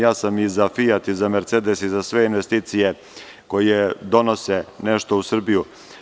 Ja sam i za „Fijat“, i za „Mercedes“ i za sve investicije koje donose nešto u Srbiju.